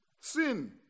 sin